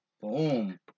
Boom